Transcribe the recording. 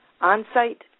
on-site